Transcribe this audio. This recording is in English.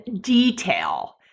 detail